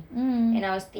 mm